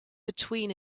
between